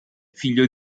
figlio